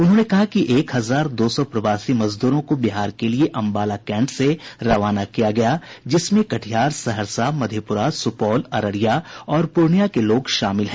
उन्होंने कहा कि एक हजार दो सौ प्रवासी मजदूरों को बिहार के लिए अम्बाला कैन्ट से रवाना किया गया जिसमें कटिहार सहरसा मधेपुरा सुपौल अररिया और पूर्णिया के लोग शामिल हैं